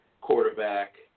quarterback